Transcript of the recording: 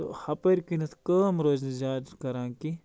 تہٕ ہُپٲرۍ کٕنٮ۪تھ کٲم روزِ نہٕ زیادٕ کَران کیٚنٛہہ